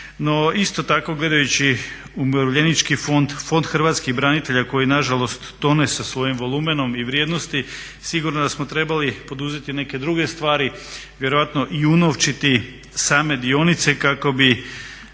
isto tako gledajući Umirovljenički fond, Fond hrvatskih branitelja koji na žalost tone sa svojim volumenom i vrijednosti sigurno da smo trebali poduzeti neke druge stvari vjerojatno i unovčiti same dionice kako bi